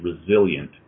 resilient